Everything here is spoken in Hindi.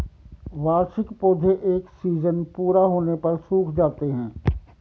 वार्षिक पौधे एक सीज़न पूरा होने पर सूख जाते हैं